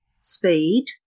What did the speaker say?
speed